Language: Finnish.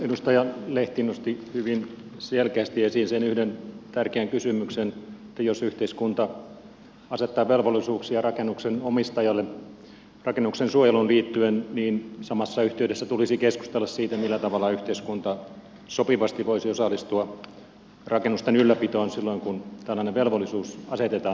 edustaja lehti nosti hyvin selkeästi esiin sen yhden tärkeän kysymyksen että jos yhteiskunta asettaa velvollisuuksia rakennuksen omistajalle rakennuksen suojeluun liittyen niin samassa yhteydessä tulisi keskustella siitä millä tavalla yhteiskunta sopivasti voisi osallistua rakennusten ylläpitoon silloin kun tällainen velvollisuus asetetaan